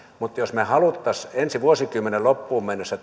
mutta jos me haluaisimme ensi vuosikymmenen loppuun mennessä